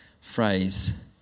phrase